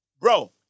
Bro